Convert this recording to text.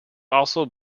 also